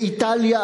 באיטליה,